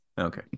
Okay